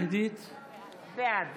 בעד עלי סלאלחה, בעד